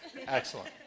Excellent